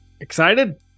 excited